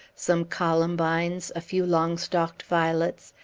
some columbines, a few long-stalked violets,